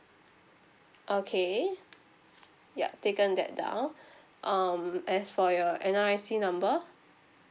okay ya taken that down um as for your N_R_I_C number